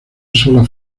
sola